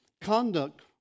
conduct